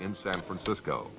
in san francisco